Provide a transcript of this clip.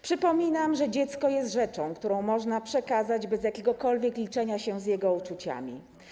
Przypominam, że dziecko jest rzeczą, którą można przekazać bez jakiegokolwiek liczenia się z jego uczuciami.